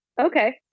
Okay